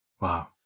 Wow